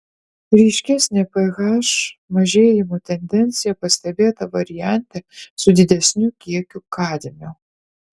ryškesnė ph mažėjimo tendencija pastebėta variante su didesniu kiekiu kadmio